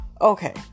okay